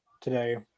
Today